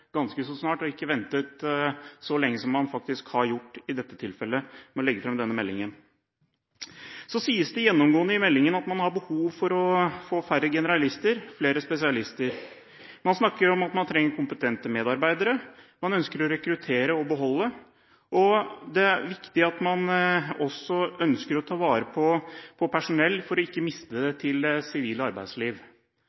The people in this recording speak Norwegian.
ganske så snart og ikke ventet så lenge med å legge fram denne meldingen, som man faktisk har gjort i dette tilfellet. Det sies gjennomgående i meldingen at man har behov for å få færre generalister og flere spesialister. Man snakker om at man trenger kompetente medarbeidere, man ønsker å rekruttere og beholde. Det er også viktig at man ønsker å ta vare på personell, slik at man ikke mister dem til det